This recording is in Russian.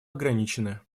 ограничены